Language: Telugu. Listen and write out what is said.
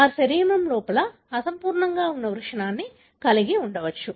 వారు శరీరం లోపల అసంపూర్తిగా ఉన్న వృషణాన్ని కలిగి ఉండవచ్చు